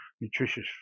nutritious